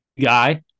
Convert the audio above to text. guy